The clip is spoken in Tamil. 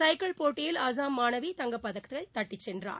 சைக்கிள் போட்டியில் அசாம் மாணவி தங்கப்பதக்கத்தை தட்டிச்சென்றார்